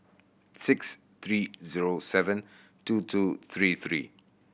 six three zero seven two two three three